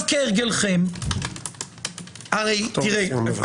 בבקשה לסיים.